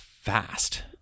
fast